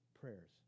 prayers